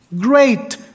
great